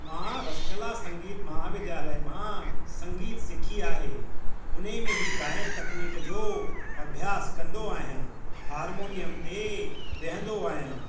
मा रसकला संगीत विद्यालय मां संगीत सिखी आहे उन्हीअ में ई गायन तकनीक जो अभ्यासु कंदो आहियां हाअर्मोनियम ते वेहंदो आहियां